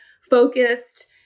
focused